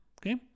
okay